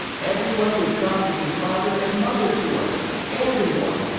everyone would try to be father and mother to us everyone,